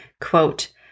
Quote